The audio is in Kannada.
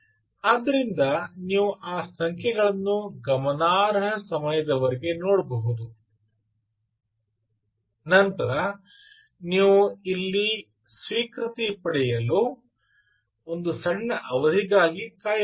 ಆದ್ದರಿಂದ ನೀವು ಆ ಸಂಖ್ಯೆಗಳನ್ನು ಗಮನಾರ್ಹ ಸಮಯದವರೆಗೆ ನೋಡಬಹುದು ನಂತರ ನೀವು ಇಲ್ಲಿ ಸ್ವೀಕೃತಿ ಪಡೆಯಲು ಒಂದು ಸಣ್ಣ ಅವಧಿಗಾಗಿ ಕಾಯುತ್ತೀರಿ